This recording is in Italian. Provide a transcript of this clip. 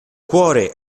cuore